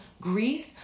grief